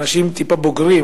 אנשים טיפה בוגרים,